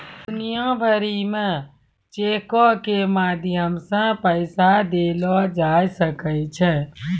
दुनिया भरि मे चेको के माध्यम से पैसा देलो जाय सकै छै